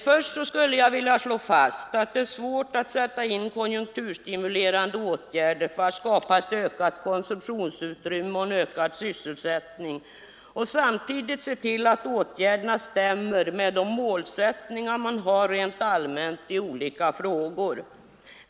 Låt mig först slå fast att det är svårt att sätta in konjunkturstimulerande åtgärder för att skapa ett ökat konsumtionsutrymme och bättre sysselsättning och samtidigt se till att åtgärderna stämmer med de målsättningar man har rent allmänt i olika frågor.